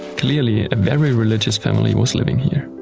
clearly, a very religious family was living here.